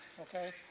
okay